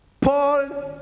Paul